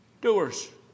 doers